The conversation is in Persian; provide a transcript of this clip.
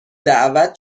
دعوت